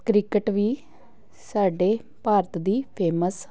cricket ਵੀ ਸਾਡੇ ਭਾਰਤ ਦੀ ਫੇਮਸ